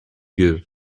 yeux